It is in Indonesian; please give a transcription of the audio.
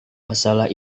masalah